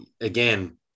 again